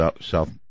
South